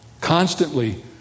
Constantly